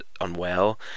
unwell